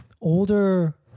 older